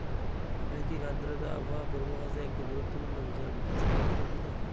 আপেক্ষিক আর্দ্রতা আবহাওয়া পূর্বভাসে একটি গুরুত্বপূর্ণ অংশ এবং চাষের ক্ষেত্রেও কি তাই?